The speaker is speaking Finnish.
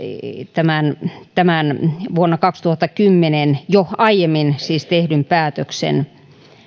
tämän tämän vuonna kaksituhattakymmenen jo aiemmin siis tehdyn päätöksen